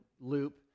loop